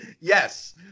Yes